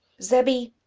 zebby,